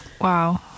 wow